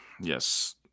yes